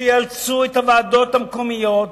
שיאלצו את הוועדות המקומיות